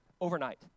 overnight